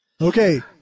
Okay